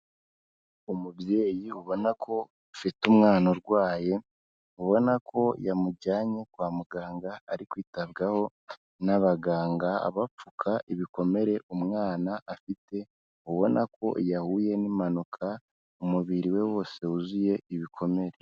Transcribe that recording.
Umubyeyi ubona ko ufite umwana urwaye, ubona ko yamujyanye kwa muganga ari kwitabwaho n'abaganga, bapfuka ibikomere umwana afite ubona ko yahuye n'impanuka, umubiri we wose wuzuye ibikomere.